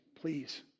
please